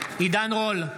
עידן רול,